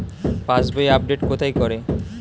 পাসবই update কোথায় করে?